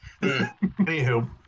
Anywho